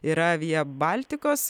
yra vija baltikos